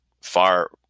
far